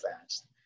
fast